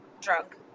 drunk